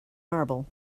marble